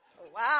Wow